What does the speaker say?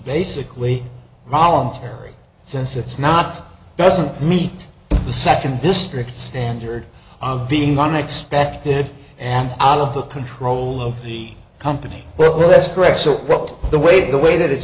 basically voluntary since it's not doesn't meet the second district standard of being one expected and out of the control of the company well that's correct so the way the way that it's